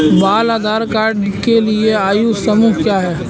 बाल आधार कार्ड के लिए आयु समूह क्या है?